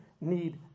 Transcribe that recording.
need